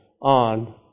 on